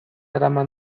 eraman